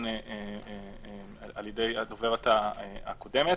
עליהן על ידי הדוברת הקודמת.